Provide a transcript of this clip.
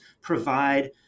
provide